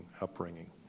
upbringing